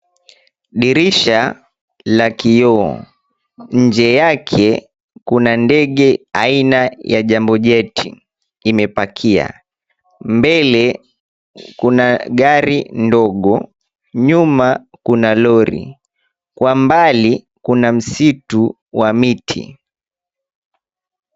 Dirisha la kioo, nje yake kuna ndege aina ya jambo jet imepakia. Mbele kuna gari ndogo, nyuma kuna lori, na kwa mbali kuna msitu wa miti.